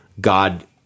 God